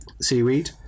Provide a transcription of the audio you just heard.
seaweed